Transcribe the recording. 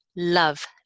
love